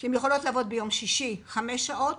הן יכולות לעבוד ביום שישי חמש שעות